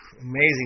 Amazing